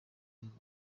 ibintu